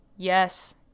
yes